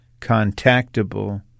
contactable